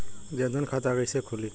जनधन खाता कइसे खुली?